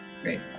Great